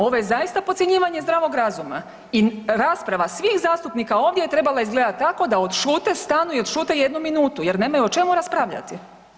Ovo je zaista podcjenjivanje zdravog razuma i rasprava svih zastupnika ovdje je trebala izgledati tako da odšute, stanu i odšute jednu minutu jer nemaju o čemu raspravljati.